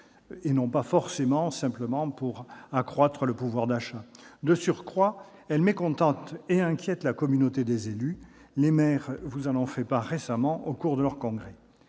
et non simplement à accroître le pouvoir d'achat. De surcroît, cette disposition mécontente et inquiète la communauté des élus. Les maires vous en ont fait part récemment au cours de leur congrès.